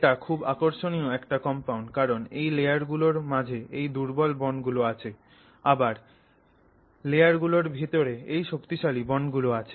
এটা খুব আকর্ষণীয় একটা কম্পাউন্ড কারণ এই লেয়ার গুলোর মাঝে এই দুর্বল বন্ড গুলো আছে আবার লেয়ার গুলোর ভিতরে এই শক্তিশালী বন্ড গুলো আছে